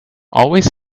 always